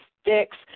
Sticks